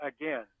again